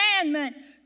commandment